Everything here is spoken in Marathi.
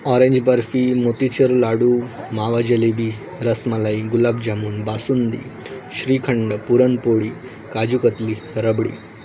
ऑरेंज बर्फी मोतीचूर लाडू मावा जलेबी रसमलाई गुलाबजामून बासुंदी श्रीखंड पुरणपोळी काजूकतली रबडी